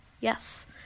Yes